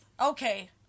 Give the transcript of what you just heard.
Okay